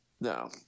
no